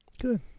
good